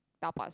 tapas cheap